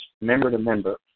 member-to-member